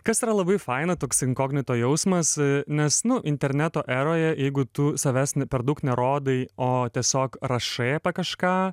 kas yra labai faina toks inkognito jausmas nes nu interneto eroje jeigu tu savęs n per daug nerodai o tiesiog rašai kažką